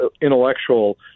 intellectual